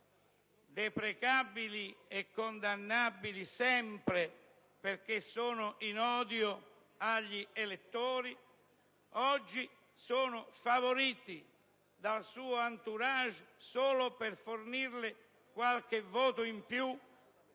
deprecabili e condannabili sempre, perché sono in odio agli elettori, oggi sono favoriti dal suo *entourage* solo per fornirle qualche voto in più